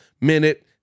minute